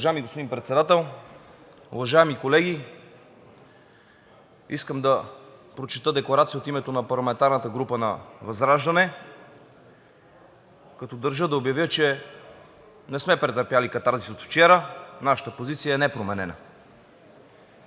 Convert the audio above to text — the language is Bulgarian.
Уважаеми господин Председател, уважаеми колеги! Искам да прочета декларация от името на парламентарната група на ВЪЗРАЖДАНЕ, като държа да обявя, че не сме претърпели катарзис от вчера – нашата позиция е непроменена.